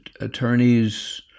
attorneys